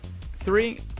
Three